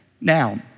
Now